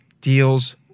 deals